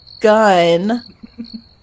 gun